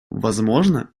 возможно